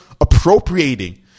appropriating